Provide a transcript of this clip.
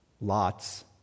Lot's